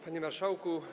Panie Marszałku!